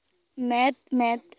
ᱢᱮᱸᱫ ᱢᱮᱸᱫ